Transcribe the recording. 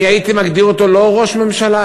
הייתי מגדיר אותו לא ראש ממשלה,